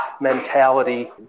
mentality